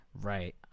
Right